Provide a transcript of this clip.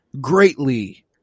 greatly